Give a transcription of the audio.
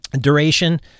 Duration